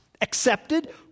accepted